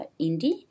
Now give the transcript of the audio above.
indie